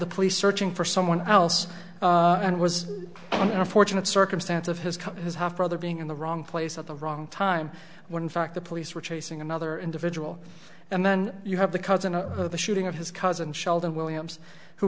the police searching for someone else and was a fortunate circumstance of his cup his half brother being in the wrong place at the wrong time when in fact the police were chasing another individual and then you have the cousin of the shooting of his cousin sheldon williams who